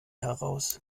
heraus